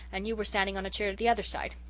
and you were standing on a chair at the other side.